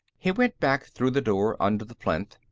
he went back through the door under the plinth,